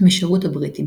בשירות הבריטים